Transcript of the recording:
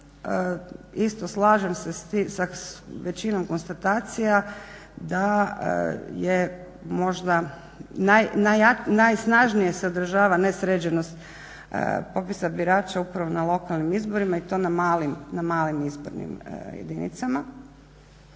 Isto slažem se s većinom konstatacija da je možda najsnažnije sadržava nesređenost popisa birača upravo na lokalnim izborim ai to na malim izbornim jedinicama,